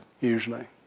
usually